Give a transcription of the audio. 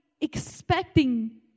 expecting